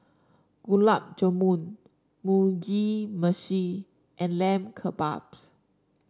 Gulab Jamun Mugi Meshi and Lamb Kebabs